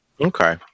Okay